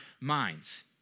minds